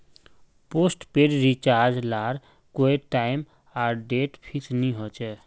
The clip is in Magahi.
पोस्टपेड रिचार्ज लार कोए टाइम आर डेट फिक्स नि होछे